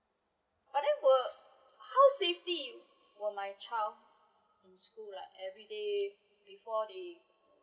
but then were how safety were my child in school like everyday before they